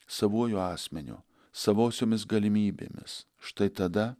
savuoju asmeniu savosiomis galimybėmis štai tada